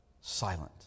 silent